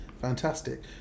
fantastic